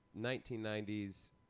1990s